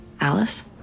Alice